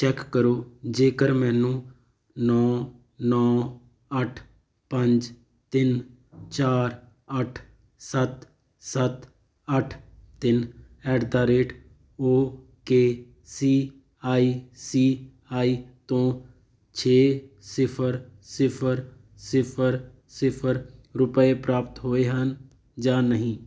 check ਕਰੋ ਜੇਕਰ ਮੈਨੂੰ ਨੌ ਨੌ ਅੱਠ ਪੰਜ ਤਿੰਨ ਚਾਰ ਅੱਠ ਸੱਤ ਸੱਤ ਅੱਠ ਤਿੰਨ at the rate O K C I C I ਤੋਂ ਛੇ ਸਿਫਰ ਸਿਫਰ ਸਿਫਰ ਸਿਫਰ ਰੁਪਏ ਪ੍ਰਾਪਤ ਹੋਏ ਹਨ ਜਾਂ ਨਹੀਂ